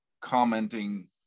commenting